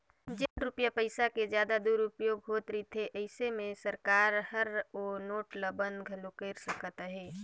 जेन रूपिया पइसा के जादा दुरूपयोग होत रिथे अइसे में सरकार हर ओ नोट ल बंद घलो कइर सकत अहे